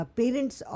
parents